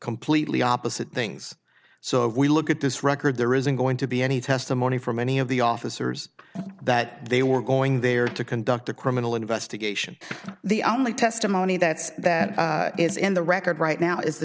completely opposite things so if we look at this record there isn't going to be any testimony from any of the officers that they were going there to conduct a criminal investigation the only testimony that's that is in the record right now is